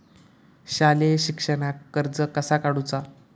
शालेय शिक्षणाक कर्ज कसा काढूचा?